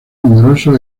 numerosos